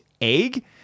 egg